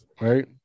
right